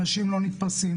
אנשים לא נתפסים,